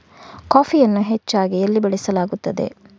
ಕಾಫಿಯನ್ನು ಹೆಚ್ಚಾಗಿ ಎಲ್ಲಿ ಬೆಳಸಲಾಗುತ್ತದೆ?